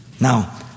Now